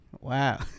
Wow